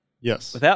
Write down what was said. Yes